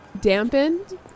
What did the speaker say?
dampened